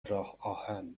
راهآهن